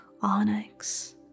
onyx